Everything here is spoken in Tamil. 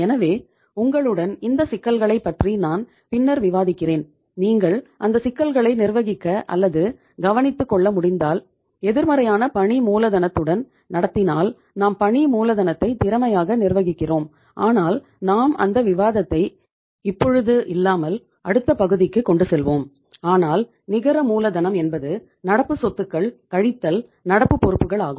எனவே உங்களுடன் இந்த சிக்கல்களைப் பற்றி நான் பின்னர் விவாதிக்கிறேன் நீங்கள் அந்த சிக்கல்களை நிர்வகிக்க அல்லது கவனித்துக் கொள்ள முடிந்தால் எதிர்மறையான பணி மூலதனத்துடன் நடத்தினால் நாம் பணி மூலதனத்தை திறமையாக நிர்வகிக்கிறோம் ஆனால் நாம் அந்த விவாதத்தை இப்பொழுது இல்லாமல் அடுத்த பகுதிக்கு கொண்டு செல்வோம் ஆனால் நிகர மூலதனம் என்பது நடப்பு சொத்துகள் கழித்தல் நடப்பு பொறுப்பு ஆகும்